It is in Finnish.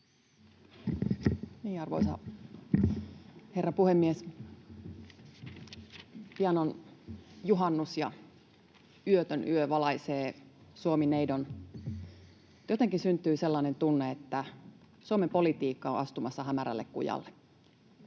Arvoisa herra puhemies! Pian on juhannus ja yötön yö valaisee Suomi-neidon, mutta jotenkin syntyy sellainen tunne, että Suomen politiikka on astumassa hämärälle kujalle.